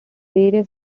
various